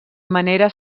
manera